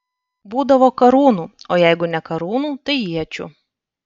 būdavo karūnų o jeigu ne karūnų tai iečių